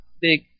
big